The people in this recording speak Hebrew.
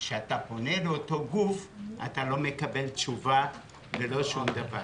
כשאתה פונה לאותו גוף אתה לא מקבל תשובה ולא שום דבר.